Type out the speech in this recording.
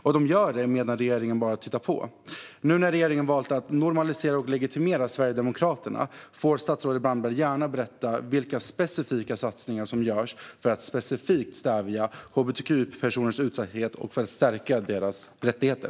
Detta gör de medan regeringen bara tittar på. Nu när regeringen har valt att normalisera och legitimera Sverigedemokraterna får statsrådet Brandberg gärna berätta vilka specifika satsningar som görs för att stävja hbtqi-personers utsatthet och stärka deras rättigheter.